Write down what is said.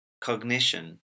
cognition